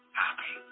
happy